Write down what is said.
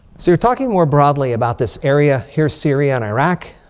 so you're talking more broadly about this area here, syria and iraq.